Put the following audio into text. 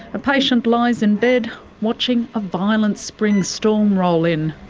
a patient lies in bed watching a violent spring storm roll in.